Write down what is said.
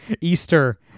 Easter